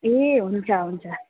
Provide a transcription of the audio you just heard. ए हुन्छ हुन्छ